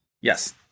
yes